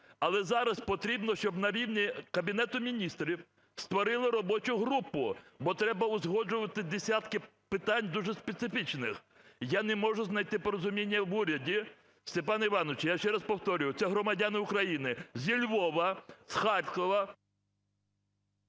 Але зараз потрібно, щоб на рівні Кабінету Міністрів створили робочу групу, бо треба узгоджувати десятки питань дуже специфічних. Я не можу знайти порозуміння в уряді. Степане Івановичу, я ще раз повторюю, це громадяни України – зі Львова, з Харкова…